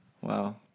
Wow